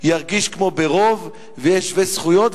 ירגיש כמו ברוב ויהיה שווה זכויות,